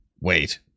wait